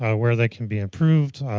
ah where they can be improved,